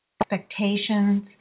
expectations